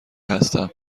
هستم